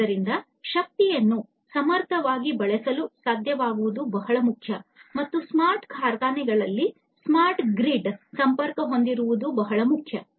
ಆದ್ದರಿಂದ ಶಕ್ತಿಯನ್ನು ಸಮರ್ಥವಾಗಿ ಬಳಸಲು ಸಾಧ್ಯವಾಗುವುದು ಬಹಳ ಮುಖ್ಯ ಮತ್ತು ಸ್ಮಾರ್ಟ್ ಕಾರ್ಖಾನೆಗಳಿಗೆ ಸ್ಮಾರ್ಟ್ ಗ್ರಿಡ್ ಸಂಪರ್ಕ ಹೊಂದಿರುವುದು ಬಹಳ ಮುಖ್ಯ